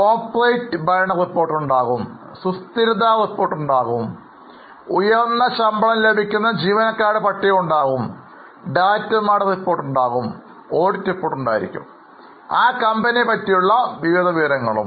corporate ഭരണ report ഉണ്ടാകും സുസ്ഥിരതാ റിപ്പോർട്ട് ഉണ്ടാകും ഉയർന്ന ശമ്പളം ലഭിക്കുന്ന ജീവനക്കാരുടെ പട്ടിക ഉണ്ടാകുംഡയറക്ടർമാരുടെ റിപ്പോർട്ട് ഉണ്ടാകുംഓഡിറ്റ് റിപ്പോർട്ട് ഉണ്ടായിരിക്കുംആ കമ്പനിയെ കുറിച്ചുള്ള വിവിധ വിവരങ്ങളും